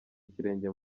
ikirenge